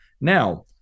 Now